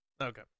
Okay